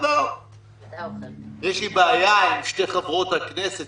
יש לי בעיה עם שתי חברות הכנסת.